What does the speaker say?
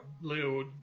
Leo